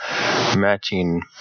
matching